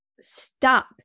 stop